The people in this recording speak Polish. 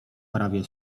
prawie